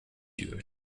you